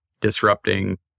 disrupting